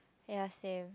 ya same